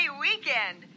weekend